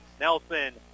Nelson